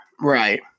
Right